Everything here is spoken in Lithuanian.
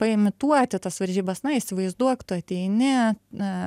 paimituoti tas varžybas na įsivaizduok tu ateini na